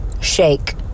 shake